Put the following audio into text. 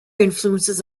influences